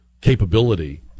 capability